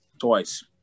twice